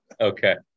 Okay